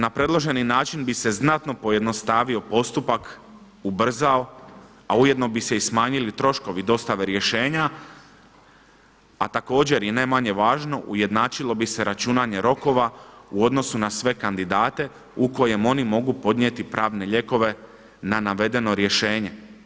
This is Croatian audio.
Na predloženi način bi se znatno pojednostavio postupak, ubrzao, a ujedno bi se i smanjili troškovi dostave rješenja, a također i ne manje važno ujednačilo bi se računanje rokova u odnosu na sve kandidate u kojem oni mogu podnijeti pravne lijekove na navedeno rješenje.